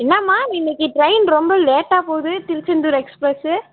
என்னமா இன்றைக்கு ட்ரெயின் ரொம்ப லேட்டாக போகுது திருச்செந்தூர் எக்ஸ்பிரஸ்